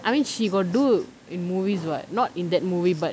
I mean she got do in movies [what] not in that movie but